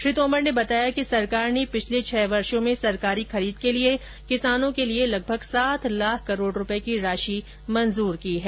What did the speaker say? श्री तोमर ने बताया कि सरकार ने पिछले छह वर्षो में सरकारी खरीद के लिए किसानों के लिए लगभग सात लाख करोड़ रुपये की राशि मंजूरी की है